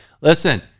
Listen